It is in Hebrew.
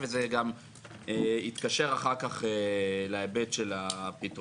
וזה גם יתקשר אחר כך להיבט של ההצעות